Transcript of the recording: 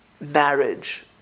marriage